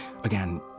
Again